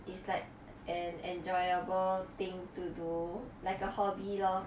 it's like an enjoyable thing to do like a hobby lor